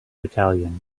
battalion